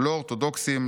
לא אורתודוקסים,